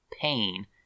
pain